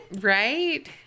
Right